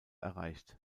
erreicht